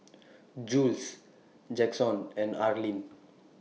Jules Jaxon and Arlin